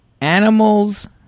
Animals